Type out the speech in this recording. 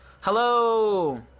Hello